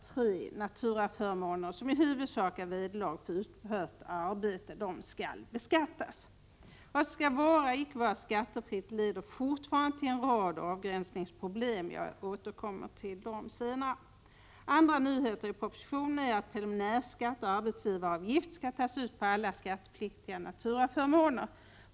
Vad som skall vara och icke vara skattefritt leder fortfarande till en rad avgränsningsproblem. Jag återkommer till dem senare. Andra nyheter i propositionen är att preliminärskatt och arbetsgivaravgifter skall tas ut på alla skattepliktiga naturaförmåner.